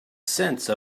sense